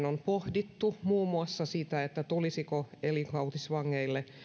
on pohdittu muun muassa sitä tulisiko elinkautisvangeille